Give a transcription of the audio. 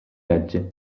legge